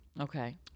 Okay